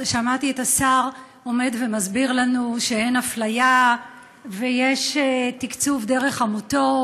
שמעתי את השר עומד ומסביר לנו שאין אפליה ויש תקצוב דרך עמותות,